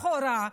לכאורה,